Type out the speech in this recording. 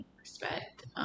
respect